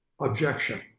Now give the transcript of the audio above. objection